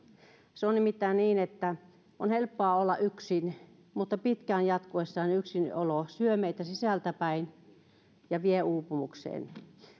se on nimittäin niin että on helppoa olla yksin mutta pitkään jatkuessaan yksinolo syö meitä sisältäpäin ja vie uupumukseen